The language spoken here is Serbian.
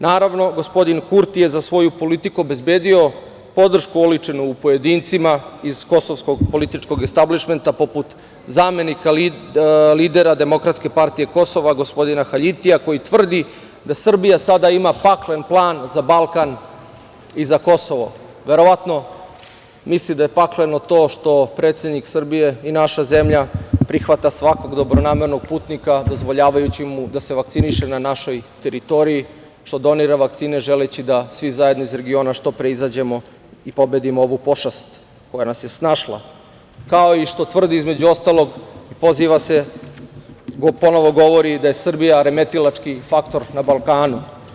Naravno, gospodin Kurti je za svoju politiku obezbedio podršku oličenu u pojedincima iz kosovskog političkog establišmenta, poput zamenika, lidera Demokratske partije Kosova gospodina Haljitija, koji tvrdi da Srbija ima sada paklen plan za Balkan i za Kosovo, verovatno misli da je pakleno to što predsednik Srbije i naša zemlja, prihvata svakog dobronamernog putnika dozvoljavajući mu da se vakciniše na našoj teritoriji, što donira vakcine, želeći da svi zajedno iz regiona što pre izađemo i pobedimo ovu pošast koja nas je snašla, kao i što tvrdi između ostalog, i poziva se, ponovo govori da je Srbija remetilački faktor na Balkanu.